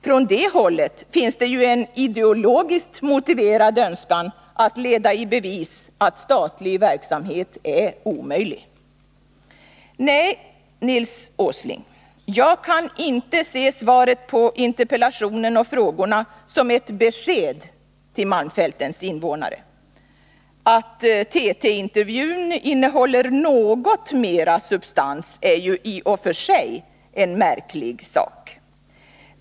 Från det hållet finns ju en ideologiskt motiverad önskan att leda i bevis att statlig verksamhet är omöjlig. Nej, Nils Åsling, jag kan inte se svaret på interpellationen och frågorna som ett besked till malmfältens invånare. Att TT-intervjun innehåller något mer substans är i och för sig en märklig sak.